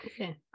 okay